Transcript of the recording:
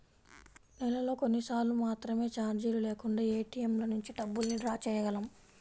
నెలలో కొన్నిసార్లు మాత్రమే చార్జీలు లేకుండా ఏటీఎంల నుంచి డబ్బుల్ని డ్రా చేయగలం